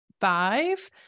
five